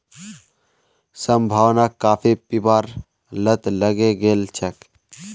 संभावनाक काफी पीबार लत लगे गेल छेक